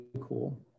cool